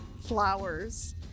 flowers